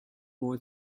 more